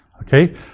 Okay